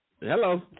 Hello